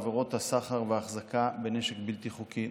עבירות הסחר וההחזקה בנשק בלתי חוקי.